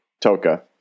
Toka